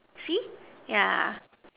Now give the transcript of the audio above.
see yeah